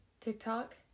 TikTok